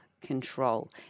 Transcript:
control